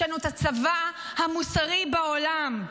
יש לנו את הצבא המוסרי בעולם.